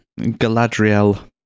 Galadriel